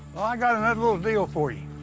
well, i got another little deal for you.